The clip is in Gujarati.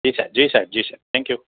જી સાહેબ જી સાહેબ જી સાહેબ થેન્ક યુ